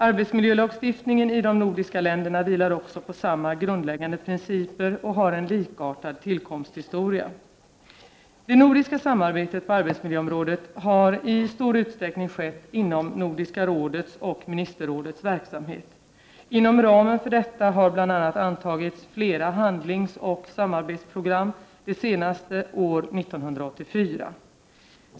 Arbetsmiljölagstiftningen i de nordiska länderna vilar också på samma grundläggande principer och har en likartad tillkomsthistoria. Det nordiska samarbetet på arbetsmiljöområdet har i stor utsträckning skett inom Nordiska rådets och ministerrådets verksamhet. Inom ramen för detta har bl.a. antagits flera handlingsoch samarbetsprogram, det senaste år 1984.